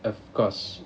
of course